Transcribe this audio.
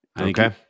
Okay